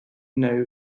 know